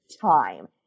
time